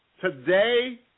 Today